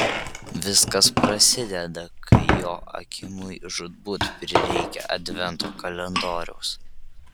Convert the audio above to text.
viskas prasideda kai joakimui žūtbūt prireikia advento kalendoriaus